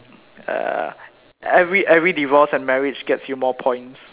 uh every every divorce and marriage get you more points